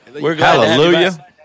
Hallelujah